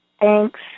thanks